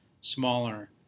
smaller